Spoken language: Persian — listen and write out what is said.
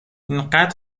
انقد